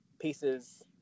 pieces